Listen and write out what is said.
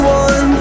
one